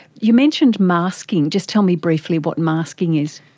you mentioned masking. just tell me briefly what masking is.